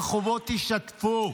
הרחובות יישטפו.